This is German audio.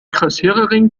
kassiererin